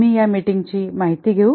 आम्ही या मीटिंग ची माहिती घेऊ